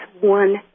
one